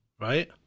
right